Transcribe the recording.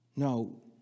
No